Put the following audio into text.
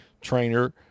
trainer